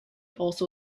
also